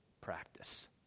practice